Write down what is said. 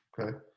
okay